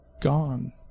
Gone